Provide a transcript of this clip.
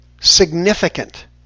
significant